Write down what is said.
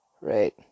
Right